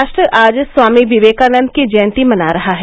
राष्ट्र आज स्वामी विवेकानन्द की जयंती मना रहा है